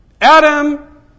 Adam